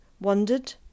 wondered